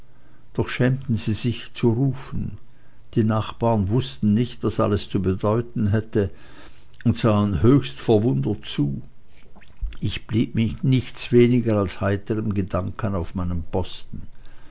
doch schämten sie sich zu rufen die nachbaren wußten nicht was alles zu bedeuten hätte und sahen höchst verwundert zu ich blieb mit nichts weniger als heiteren gedanken auf meinem posten